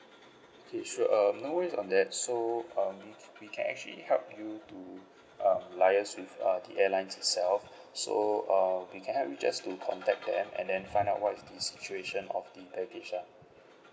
okay sure um no worries on that so um we we can actually help you to um liaise with uh the airline itself so uh we can help you just to contact them and then find out what is the situation of the baggage lah